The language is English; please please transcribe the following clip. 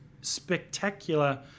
spectacular